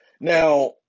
Now